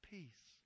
peace